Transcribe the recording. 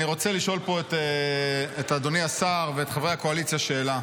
אני רוצה לשאול פה את אדוני השר ואת חברי הקואליציה שאלה.